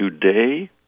today